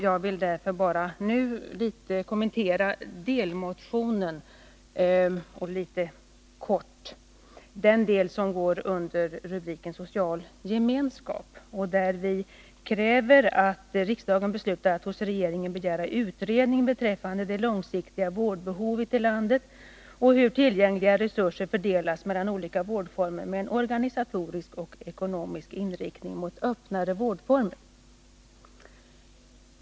Jag vill därför nu bara helt kort kommentera delmotionen — den del som går under rubriken Social gemenskap, där vi kräver ”att riksdagen beslutar att hos regeringen begära utredning beträffande det långsiktiga vårdbehovet i landet och hur tillgängliga resurser fördelas mellan olika vårdformer med en organisatorisk och ekonomisk inriktning mot öppnare vårdformer”.